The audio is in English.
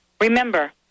Remember